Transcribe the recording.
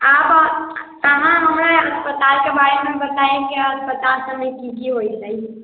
आब अहाँ हमरा अस्पतालके बारेमे बतायीं कि अस्पताल सबमे कि कि होइछे